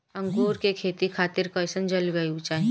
अंगूर के खेती खातिर कइसन जलवायु चाही?